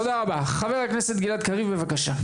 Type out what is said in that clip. תודה רבה, חבר הכנסת גלעד קריב בבקשה.